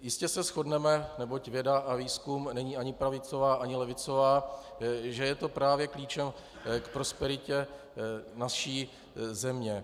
Jistě se shodneme, neboť věda a výzkum není ani pravicová, ani levicová, že je to právě klíčem k prosperitě naší země.